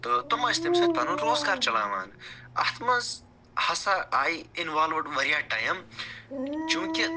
تہٕ تِم ٲسۍ تَمہِ سۭتۍ پَنُن روزگار چلاوان اَتھ منٛز ہسا آیہِ اِنولوٕڈ واریاہ ٹایم چوٗنٛکہِ